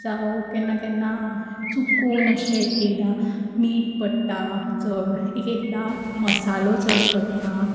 जावं केन्ना केन्ना चुकून अशें एक एकदां मीठ पडटा चड एक एकदां मसालो चड पडटा